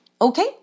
Okay